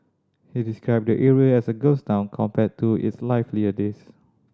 he described the area as a ghost town compared to its livelier days